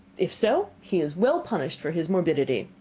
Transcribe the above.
if so, he is well punished for his morbidity.